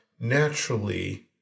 naturally